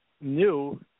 New